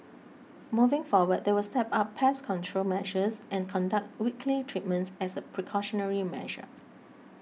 moving forward they will step up pest control measures and conduct weekly treatments as a precautionary measure